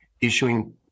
issuing